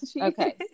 okay